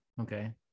okay